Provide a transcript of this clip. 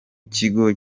kigo